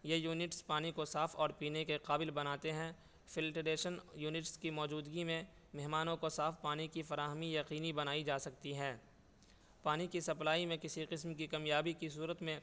یہ یونٹس پانی کو صاف اور پینے کے قابل بناتے ہیں فلٹریشن یونٹس کی موجودگی میں مہمانوں کو صاف پانی کی فراہمی یقینی بنائی جا سکتی ہیں پانی کی سپلائی میں کسی قسم کی کمیابی کی صورت میں